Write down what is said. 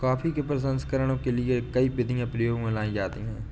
coffee के प्रसंस्करण के लिए कई विधियां प्रयोग में लाई जाती हैं